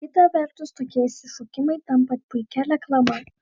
kita vertus tokie išsišokimai tampa puikia reklama